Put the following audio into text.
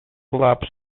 flaps